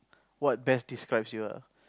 what best describes you ah